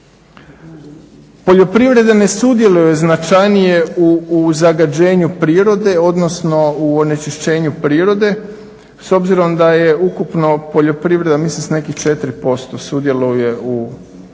Poljoprivreda ne sudjeluje značajnije u zagađenju prirode, odnosno u onečišćenju prirode s obzirom da je ukupno poljoprivreda mislim s nekih 4% sudjeluje u tome.